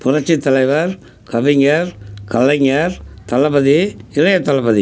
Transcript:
புரட்சி தலைவர் கவிஞர் கலைஞர் தளபதி இளைய தளபதி